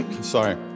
Sorry